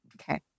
Okay